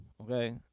okay